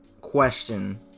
question